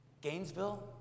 Gainesville